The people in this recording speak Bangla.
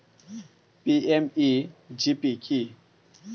পি.এম.ই.জি.পি কি?